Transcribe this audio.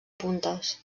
puntes